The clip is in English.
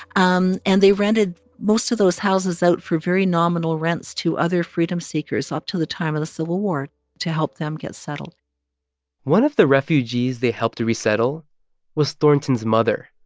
um and they rented most of those houses out for very nominal rents to other freedom-seekers up to the time of the civil war to help them get settled one of the refugees they helped to resettle was thornton's mother.